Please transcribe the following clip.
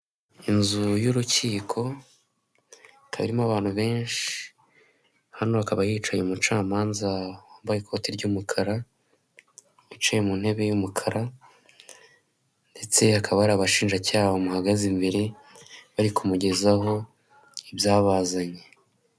Inzu yurukiko ikaba irimo abantu benshi hano hakaba hicaye umucamanza wambaye ikote ryumukara ,wicaye muntebe y'umukara ndetse hakaba hari abashinjacyaha bamuhagaze imbere bari kumugezaho ibyabazanye.